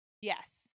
Yes